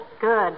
Good